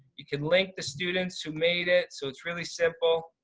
you can link the students who made it so it's really simple.